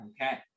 Okay